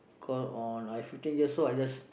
call on I fifteen years old I just